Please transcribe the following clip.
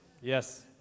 Yes